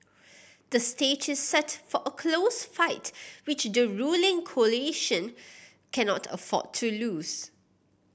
the stage is set for a close fight which the ruling coalition cannot afford to lose